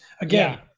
Again